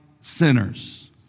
sinners